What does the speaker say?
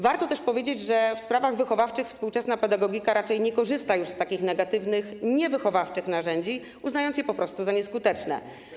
Warto powiedzieć, że w sprawach wychowawczych współczesna pedagogika raczej nie korzysta już z takich negatywnych, niewychowawczych narzędzi, uznając je za nieskuteczne.